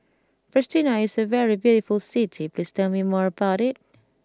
Pristina is a very beautiful city please tell me more about it